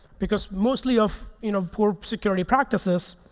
because mostly of you know poor security practices,